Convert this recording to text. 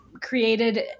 created